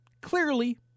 clearly